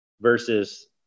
versus